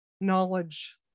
knowledge